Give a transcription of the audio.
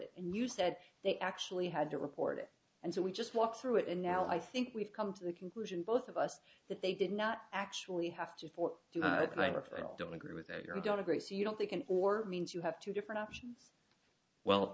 it and you said they actually had to report it and so we just walked through it and now i think we've come to the conclusion both of us that they did not actually have to four or five don't agree with that you're going to grace you don't they can or means you have two different options well